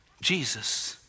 Jesus